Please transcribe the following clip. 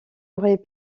aurais